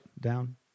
down